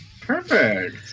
Perfect